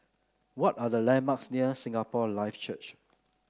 what are the landmarks near Singapore Life Church